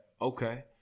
okay